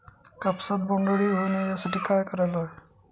कापसात बोंडअळी होऊ नये यासाठी काय करायला हवे?